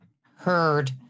heard